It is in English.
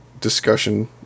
discussion